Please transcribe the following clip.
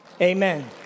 Amen